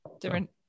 different